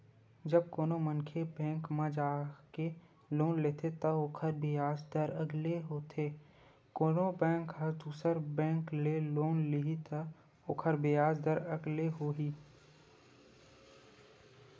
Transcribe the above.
जब कोनो मनखे बेंक म जाके लोन लेथे त ओखर बियाज दर अलगे होथे कोनो बेंक ह दुसर बेंक ले लोन लिही त ओखर बियाज दर अलगे होही